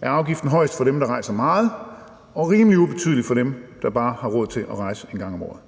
bliver afgiften højest for dem, som rejser meget, og rimelig ubetydelig for dem, som bare har råd til at rejse én gang om året.